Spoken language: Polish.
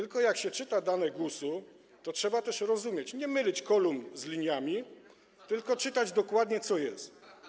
Jednak jak się czyta dane GUS, to trzeba też rozumieć, nie mylić kolumn z liniami, tylko czytać dokładnie, co jest.